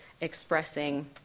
expressing